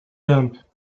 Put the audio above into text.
damp